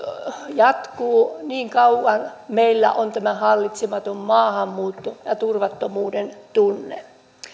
puuttuu niin kauan meillä on tämä hallitsematon maahanmuutto ja turvattomuuden tunne